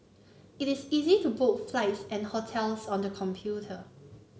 it is easy to book flights and hotels on the computer